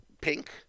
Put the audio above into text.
pink